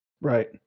Right